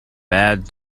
bad